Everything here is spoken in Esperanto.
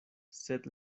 sed